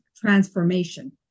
transformation